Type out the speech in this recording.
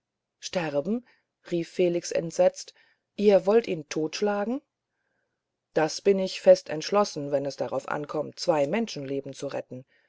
sterben rief felix entsetzt ihr wollt ihn totschlagen das bin ich fest entschlossen wenn es darauf ankommt zwei menschenleben zu retten